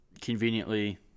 conveniently